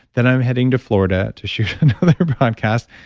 then i'm heading to florida to share another podcast,